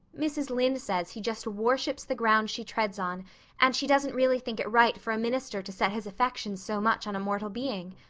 mrs. lynde says he just worships the ground she treads on and she doesn't really think it right for a minister to set his affections so much on a mortal being.